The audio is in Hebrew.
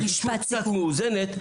רגישות קצת מאוזנת,